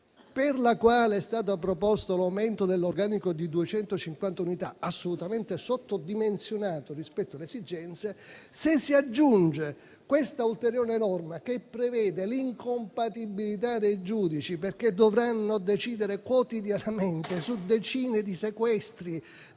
per la quale è stato proposto l'aumento dell'organico di 250 unità (assolutamente sottodimensionato rispetto alle esigenze), se si aggiunge questa ulteriore norma che prevede l'incompatibilità dei giudici, perché dovranno decidere quotidianamente su decine di sequestri